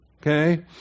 Okay